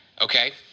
Okay